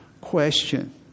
question